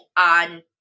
on